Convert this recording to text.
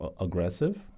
aggressive